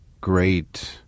Great